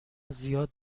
زیاد